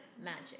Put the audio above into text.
magic